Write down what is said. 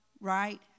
right